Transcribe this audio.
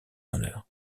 honneur